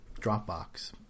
dropbox